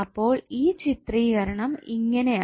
അപ്പോൾ ഈ ചിത്രീകരണം ഇങ്ങനെയാണ്